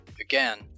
Again